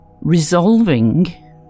resolving